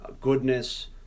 Goodness